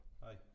Hi